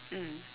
mm